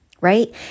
right